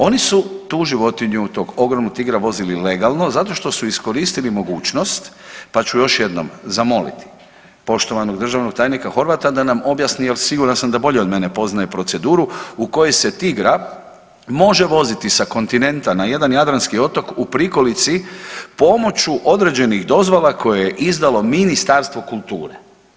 Oni su tu životinju, tog ogromnog tigra vozili legalno zato što su iskoristili mogućnost, pa ću još jednom zamoliti poštovanog državnog tajnika Horvata da nam objasni jel siguran sam da bolje od mene poznaje proceduru u kojoj se tigra može voziti sa kontinenta na jedan jadranski otok u prikolici pomoću određenih dozvola koje je izdalo Ministarstvo kulture.